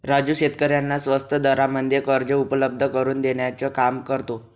राजू शेतकऱ्यांना स्वस्त दरामध्ये कर्ज उपलब्ध करून देण्याचं काम करतो